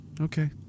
Okay